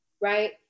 Right